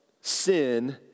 sin